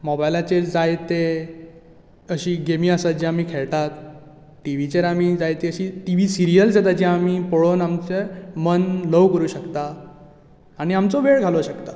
मोबोयलाचेर जाय ते अशी गेमी आसात जे आमी खेळटा टिव्हीचेर आमी जाय तीं अशीं टिव्ही सिरियल्स जें आमी पळोवन आमचें मन ल्हव करूंक शकतात आनी आमचो वेळ घालोवंक शकतात